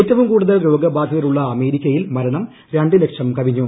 ഏറ്റവും കൂടുതൽ രോഗബാധിതരുള്ള അമേരിക്കിയിൽ മരണം രണ്ട് ലക്ഷം കവിഞ്ഞു